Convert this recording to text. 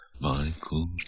Michael